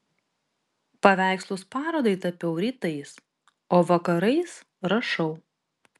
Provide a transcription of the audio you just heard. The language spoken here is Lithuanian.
paveikslus parodai tapiau rytais o vakarais rašau